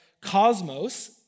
cosmos